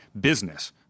business